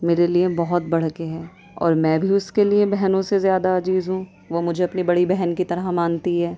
میرے لیے بہت بڑھ کے ہے اور میں بھی اس کے لیے بہنوں سے زیادہ عزیز ہوں وہ مجھے اپنی بڑی بہن کی طرح مانتی ہے